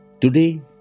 Today